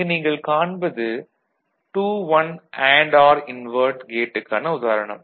இங்கு நீங்கள் காண்பது 2 1 அண்டு ஆர் இன்வெர்ட் கேட்டுக்கான உதாரணம்